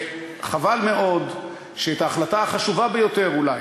חבל מאוד שאת ההחלטה החשובה ביותר אולי